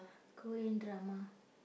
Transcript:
Korean drama